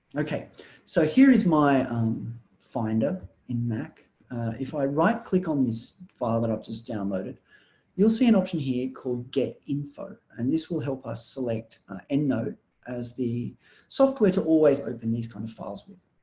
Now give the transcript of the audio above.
okay so here is my finder in mac if i right click on this file that i've just downloaded you'll see an option here called get info and this will help us select endnote as the software to always open these kind of files with.